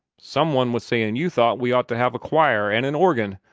some one was sayin' you thought we ought to have a choir and an organ.